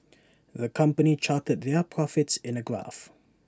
the company charted their profits in A graph